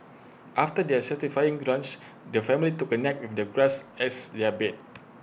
after their satisfying lunch the family took A nap with the grass as their bed